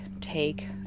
take